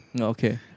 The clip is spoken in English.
okay